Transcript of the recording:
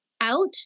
out